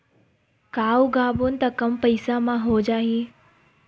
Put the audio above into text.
का उगाबोन त कम पईसा म हो जाही?